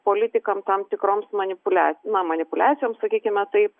politikam tam tikroms manipulia na manipuliacijoms sakykime taip